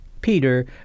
Peter